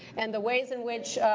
and the ways in which